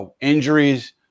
injuries